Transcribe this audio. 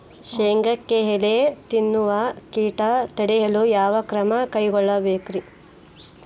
ಶೇಂಗಾಕ್ಕೆ ಎಲೆ ತಿನ್ನುವ ಕೇಟ ತಡೆಯಲು ಯಾವ ಕ್ರಮ ಕೈಗೊಳ್ಳಬೇಕು?